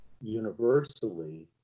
universally